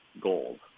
gold